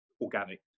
organic